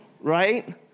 right